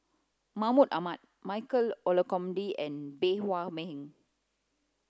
Mahmud Ahmad Michael Olcomendy and Bey Hua Heng